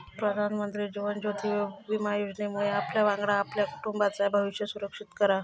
प्रधानमंत्री जीवन ज्योति विमा योजनेमुळे आपल्यावांगडा आपल्या कुटुंबाचाय भविष्य सुरक्षित करा